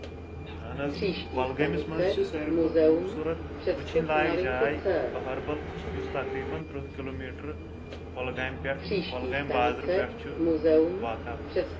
اہن حظ کۄلگٲمِس منٛز چھِ ساروی کھۄتہٕ خوٗبصوٗرت وٕچھِنۍ لایق جاے اَہربل یُس تقریٖبن تٕرٛہ کِلومیٖٹر کۄلگامہِ پؠٹھ کۄلگامہِ بازرٕ پؠٹھ چھُ واقع